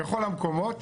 וכל המקומות.